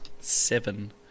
Seven